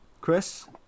Chris